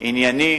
ענייני,